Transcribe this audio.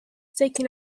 taking